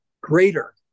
greater